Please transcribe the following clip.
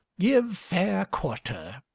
give fair quarter,